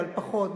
אבל פחות,